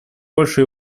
польша